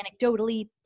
Anecdotally